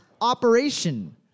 operation